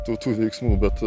tų tų veiksmų bet